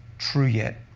true yet.